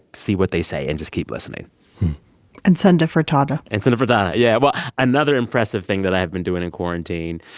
see what they say and just keep listening and send a frittata and send a frittata. yeah, well another impressive thing that i've been doing in quarantine.